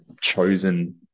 chosen